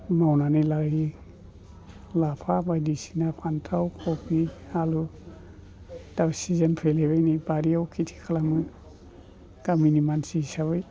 मावनानै लायो लाफा बायदिसिना फान्थाव खबि आलु दा सिजोन फैलायबाय नै बारियाव खिथि खालामो गामिनि मानसि हिसाबै